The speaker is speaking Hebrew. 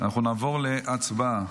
אנחנו נעבור להצבעה.